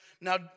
Now